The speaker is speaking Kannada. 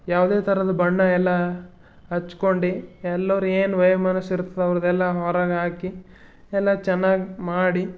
ಯಾವುದೇ ಥರದ ಬಣ್ಣ ಎಲ್ಲ ಹಚ್ಕೊಂಡು ಎಲ್ಲರ್ ಏನು ವೈಮನಸಿರ್ತದೆ ಅವ್ರದೆಲ್ಲ ಹೊರಗಾಕಿ ಎಲ್ಲ ಚೆನ್ನಾಗಿ ಮಾಡಿ